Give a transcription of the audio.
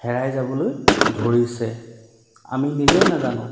হেৰাই যাবলৈ ধৰিছে আমি নিজেই নাজানো